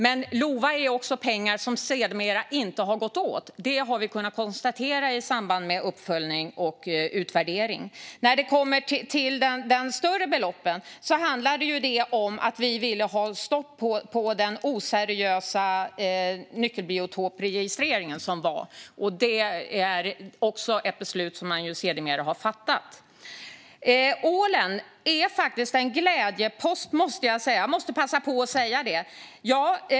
Sedermera har dock inte LOVA-pengarna gått åt. Det har vi kunnat konstatera i samband med uppföljning och utvärdering. När det gäller de större beloppen handlar det om att vi ville få stopp på den oseriösa nyckelbiotopsregistrering som skedde. Det är också ett beslut som man sedermera har fattat. Ålen är faktiskt en glädjepost, måste jag passa på att säga.